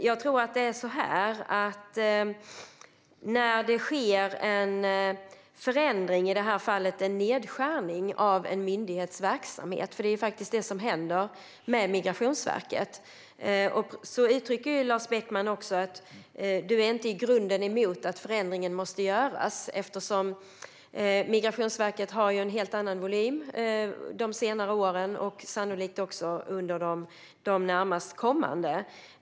Jag tror att det är så här när det sker en förändring, i det här fallet en nedskärning, av en myndighets verksamhet - för det är faktiskt det som sker med Migrationsverket. Lars Beckman uttrycker också att han inte i grunden är emot förändringen. Den måste göras eftersom Migrationsverket har hanterat helt andra volymer de senaste åren och sannolikt kommer att göra det också under de närmast kommande.